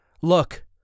Look